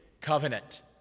covenant